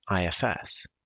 IFS